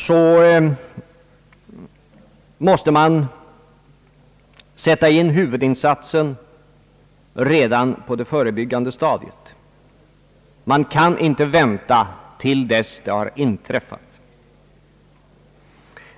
Man måste sätta in huvudinsatsen redan på det förebyggande stadiet. Man kan inte vänta tills något mycket negativt har inträffat.